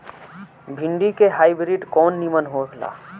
भिन्डी के हाइब्रिड कवन नीमन हो ला?